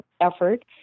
effort